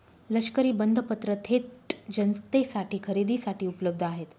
लष्करी बंधपत्र थेट जनतेसाठी खरेदीसाठी उपलब्ध आहेत